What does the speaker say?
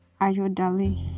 Ayodali